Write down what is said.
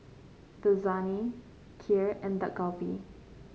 Lasagne Kheer and Dak Galbi